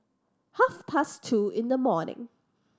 half past two in the morning